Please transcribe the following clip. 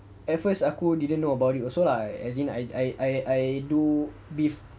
at first aku didn't know about it also like as in I I do bef~